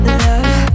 love